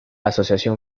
asociación